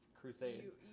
crusades